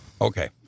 Okay